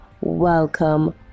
welcome